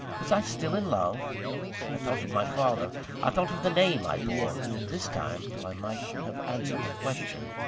was i still in love i thought of my father i thought of the name i bore and this time, though i might have answered the question,